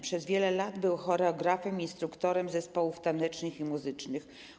Przez wiele lat był choreografem i instruktorem zespołów tanecznych i muzycznych.